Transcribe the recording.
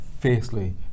fiercely